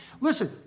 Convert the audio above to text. Listen